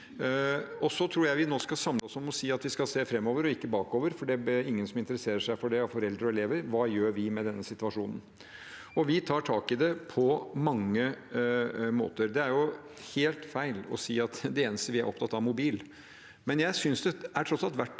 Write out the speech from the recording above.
Jeg tror vi nå skal samle oss om å si at vi skal se framover og ikke bakover, for det er ingen som interesserer seg for det av foreldre og elever. Hva gjør vi med denne situasjonen? Vi tar tak i det på mange måter, og det er helt feil å si at det eneste vi er opptatt av, er mobil. Samtidig synes jeg tross alt det